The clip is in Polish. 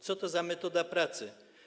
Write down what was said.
Co to za metoda pracy?